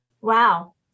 Wow